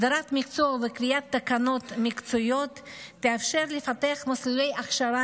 הסדרת המקצוע וקביעת תקנות מקצועיות יאפשרו לפתח מסלולי הכשרה